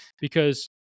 because-